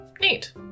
neat